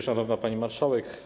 Szanowna Pani Marszałek!